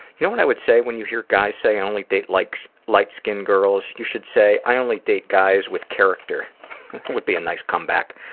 you know what i would say when you hear guys say i only date like so light skinned girls? you should say i only date guys with character. that would be a nice comeback.